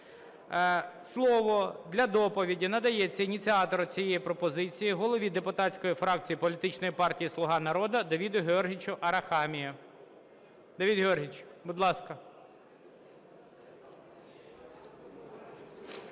Слово для доповіді надається ініціатору цієї пропозиції - голові депутатської фракції Політичної партії "Слуга народу" Давиду Георгійовичу Арахамії. Давид Георгійович, будь ласка.